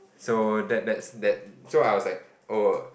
so that that's that so I was like oh